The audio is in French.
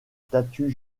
statuts